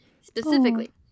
Specifically